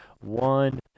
one